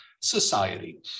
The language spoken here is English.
society